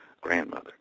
grandmother